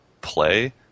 play